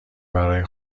برای